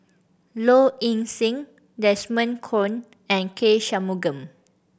Low Ing Sing Desmond Kon and K Shanmugam